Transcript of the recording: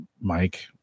Mike